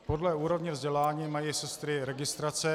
Podle úrovně vzdělání mají sestry registrace.